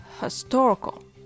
historical